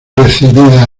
recibida